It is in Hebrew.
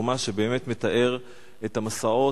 החומש שבאמת מתאר את המסעות,